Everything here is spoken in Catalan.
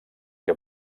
que